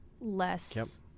less